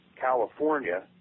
California